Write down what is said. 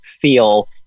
feel